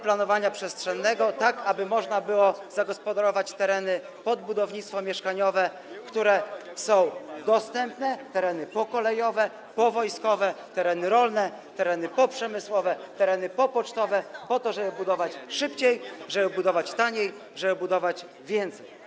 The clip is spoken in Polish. planowania przestrzennego, tak aby można było zagospodarować pod budownictwo mieszkaniowe tereny, które są dostępne, tereny pokolejowe, powojskowe, tereny rolne, tereny poprzemysłowe, tereny popocztowe, po to żeby budować szybciej, żeby budować taniej, żeby budować więcej.